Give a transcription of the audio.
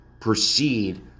proceed